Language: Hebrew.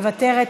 מוותרת,